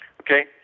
Okay